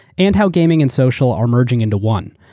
and how gaming and social are merging into one.